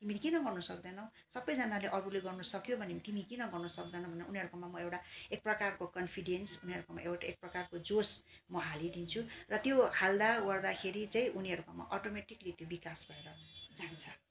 तिमी किन गर्नु सक्दैनौ सबैजनाले अरूले गर्नु सक्यो भने तिमी किन गर्नु सक्दैनौ भनेर उनीहरूकोमा मो एउटा एक प्रकारको कन्फिडेन्स उनीहरूकोमा एउटा एक प्रकारको जोस म हाली दिन्छु र त्यो हाल्दावर्दाखेरि चाहिँ उनीहरूकोमा अटोमेटिकली त्यो विकास भएर जान्छ